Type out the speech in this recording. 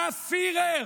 הפיהרר,